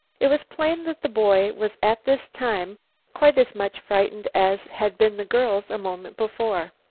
it was plain that the boy was at this time quite as much frightened as had been the girls a moment before.